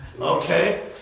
Okay